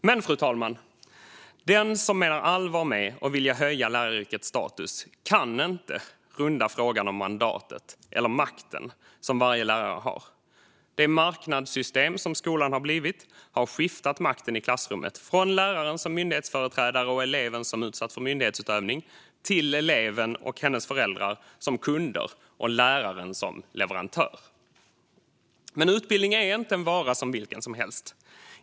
Men, fru talman, den som menar allvar med att vilja höja läraryrkets status kan inte runda frågan om mandatet eller makten som varje lärare har. Det marknadssystem som skolan har blivit har skiftat makten i klassrummet från läraren som myndighetsföreträdare och eleven som utsatt för myndighetsutövning till eleven och hennes föräldrar som kunder och läraren som leverantör. Utbildning är dock inte en vara som vilken som helst.